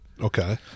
Okay